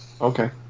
Okay